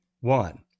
one